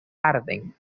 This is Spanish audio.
arden